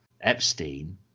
Epstein